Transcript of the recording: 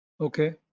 okay